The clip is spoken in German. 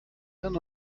dann